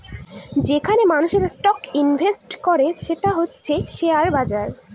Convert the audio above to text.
যেইখানে মানুষেরা stock invest করে সেটা হচ্ছে শেয়ার বাজার